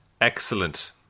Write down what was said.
Excellent